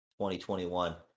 2021